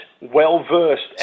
well-versed